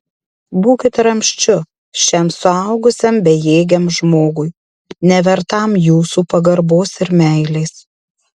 būkit ramsčiu šiam suaugusiam bejėgiam žmogui nevertam jūsų pagarbos ir meilės